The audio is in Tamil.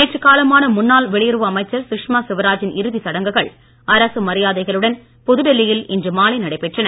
நேற்று காலமான முன்னாள் வெளியுறவு அமைச்சர் சுஷ்மா ஸ்வராஜின் இறுதிச் சடங்குகள் அரசு மரியாதைகளுடன் புதுடெல்லியில் இன்று மாலை நடைபெற்றன